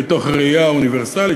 מתוך ראייה אוניברסלית,